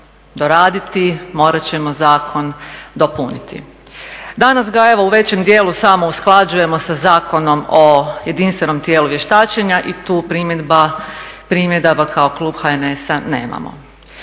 morat ćemo zakon dopuniti. Danas ga evo u većem dijelu samo usklađujemo sa Zakonom o jedinstvenom tijelu vještačenja i tu primjedaba kao klub HNS-a nemamo.